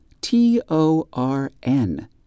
T-O-R-N